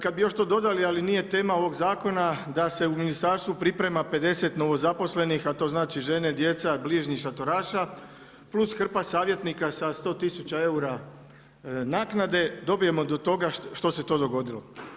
Kad bi tu još dodali, ali nije tema ovog zakona da se u ministarstvu priprema 50 novozaposlenih, a to znači žene, djeca, bližnji šatoraša plus hrpa savjetnika sa 100 tisuća eura naknade dobijemo do toga što se to dogodilo.